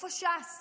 איפה ש"ס?